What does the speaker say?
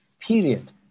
Period